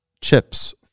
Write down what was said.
chips